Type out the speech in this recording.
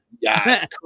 Yes